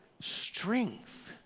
strength